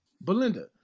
Belinda